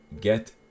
get